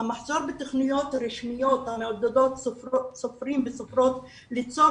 המחסור בתוכניות הרשמיות המעודדות סופרים וסופרות ליצור